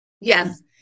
Yes